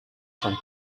from